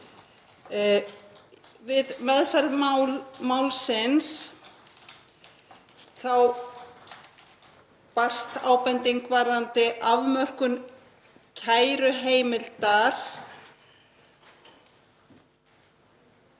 Við meðferð málsins barst ábending varðandi afmörkun kæruheimildar,